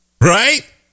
right